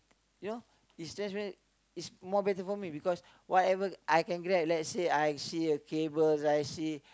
you know is thrash bag is more better for me because whatever I can grab let's say I see a cable I see